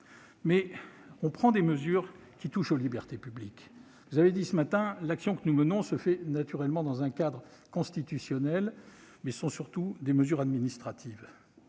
mais on prend des mesures qui touchent aux libertés publiques. Vous avez dit ce matin que votre action se faisait naturellement dans un cadre constitutionnel, mais surtout à travers des mesures administratives